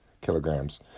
kilograms